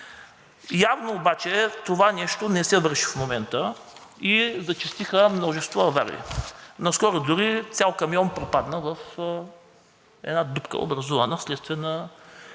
Явно обаче това нещо не се върши в момента и зачестиха множество аварии. Наскоро дори цял камион пропадна в една дупка, образувана вследствие на